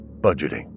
budgeting